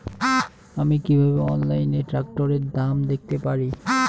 আমি কিভাবে অনলাইনে ট্রাক্টরের দাম দেখতে পারি?